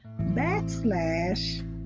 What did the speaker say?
backslash